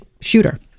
shooter